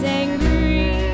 angry